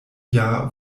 jahr